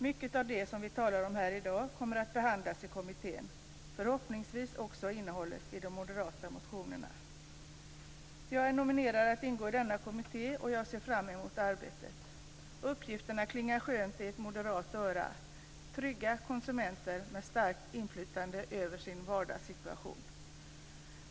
Mycket av det som vi talar om här i dag kommer att behandlas i kommittén, förhoppningsvis också innehållet i de moderata motionerna. Jag är nominerad att ingå i denna kommitté, och jag ser fram emot arbetet. Uppgifterna klingar skönt i ett moderat öra: "trygga konsumenter med starkt inflytande över sin vardagssituation".